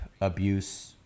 abuse